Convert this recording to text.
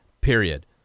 Period